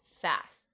fast